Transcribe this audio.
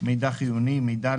"מידע חיוני" מידע,